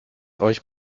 euch